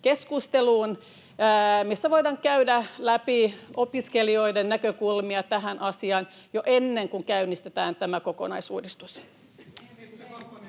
keskusteluun, missä voidaan käydä läpi opiskelijoiden näkökulmia tähän asiaan jo ennen kuin käynnistetään tämä kokonaisuudistus.